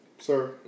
Sir